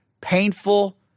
painful